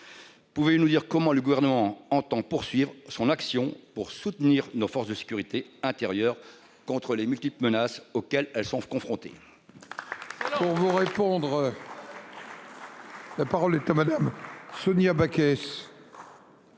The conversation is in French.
Pouvez-vous nous dire comment le gouvernement entend poursuivre son action pour soutenir nos forces de sécurité intérieure contre les multiples menaces auxquelles elles sont confrontées.